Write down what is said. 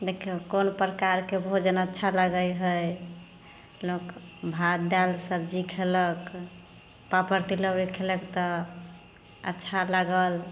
देखियौ कोन प्रकारके भोजन अच्छा लागै हइ लोक भात दालि सब्जी खेलक पापड़ तिलौरी खेलक तऽ अच्छा लागल